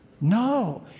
no